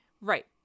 right